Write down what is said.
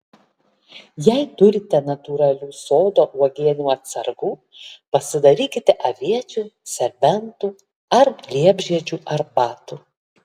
jei turite natūralių sodo uogienių atsargų pasidarykite aviečių serbentų ar liepžiedžių arbatų